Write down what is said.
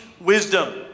wisdom